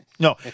No